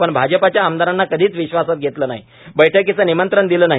पण भाजपच्या आमदारांना कधीच विश्वास घेतले नाही बैठकीचे निमंत्रण दिले नाही